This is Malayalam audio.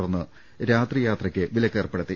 തുടർന്ന് രാത്രിയാത്രയ്ക്ക് വിലക്കേർപ്പെടുത്തി